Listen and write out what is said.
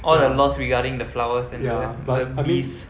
all the laws regarding the flowers and the the bees